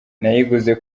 nayiguze